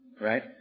Right